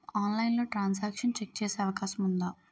ఆన్లైన్లో transaction check చేసే అవకాశం ఉందా?